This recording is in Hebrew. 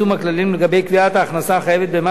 לגבי קביעת ההכנסה החייבת במס טרם הסתיימה.